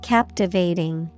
Captivating